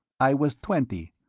i was twenty.